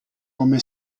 come